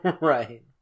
Right